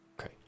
Okay